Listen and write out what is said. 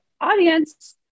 audience